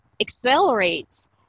accelerates